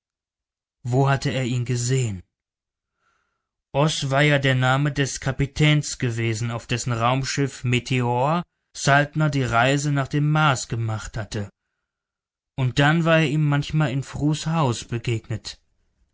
wo hatte er ihn gesehen oß war ja der name des kapitäns gewesen auf dessen raumschiff meteor saltner die reise nach dem mars gemacht hatte und dann war er ihm manchmal in frus haus begegnet